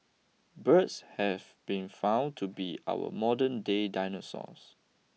birds have been found to be our modernday dinosaurs